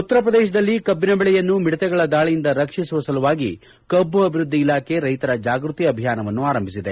ಉತ್ತರ ಪ್ರದೇಶದಲ್ಲಿ ಕಬ್ಬಿನ ಬೆಳೆಯನ್ನು ಮಿಡಿತೆಗಳ ದಾಳಿಯಿಂದ ರಕ್ಷಿಸುವ ಸಲುವಾಗಿ ಕಬ್ಬು ಅಭಿವೃದ್ದಿ ಇಲಾಖೆ ರ್ನೆತರ ಜಾಗ್ವತಿ ಅಭಿಯಾನವನ್ನು ಆರಂಭಿಸಿದೆ